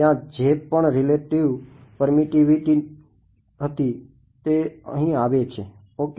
ત્યાં જે પણ રીલેટીવ હતી તે અહીં આવે છે ઓકે